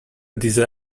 diesel